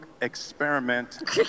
experiment